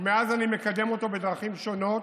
ומאז אני מקדם אותו בדרכים שונות